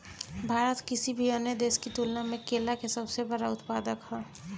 भारत किसी भी अन्य देश की तुलना में केला के सबसे बड़ा उत्पादक ह